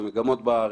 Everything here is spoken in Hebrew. מגמות בארץ.